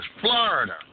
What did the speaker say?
Florida